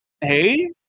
Hey